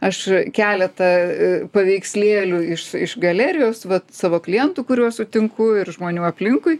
aš keletą paveikslėlių iš galerijos vat savo klientų kuriuos sutinku ir žmonių aplinkui